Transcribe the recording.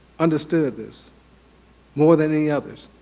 understood this more than any others.